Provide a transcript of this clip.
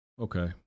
Okay